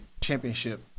championship